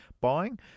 buying